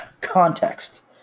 context